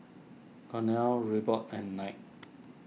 Cornell Reebok and Knight